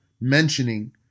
mentioning